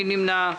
מי נמנע?